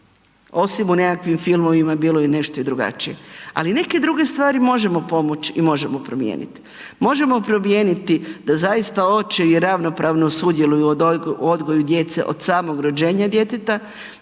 osim u nekakvim filmovima bilo je nešto i drugačije, ali neke druge stvari možemo pomoći i možemo promijeniti. Možemo promijeniti da zaista očevi ravnopravno sudjeluju u odgoju djece od samoga rođenja djeteta,